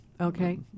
Okay